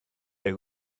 they